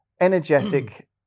energetic